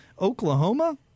Oklahoma